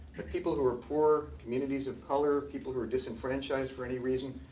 people who are poor, communities of color, people who are disenfranchised for any reason,